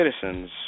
citizens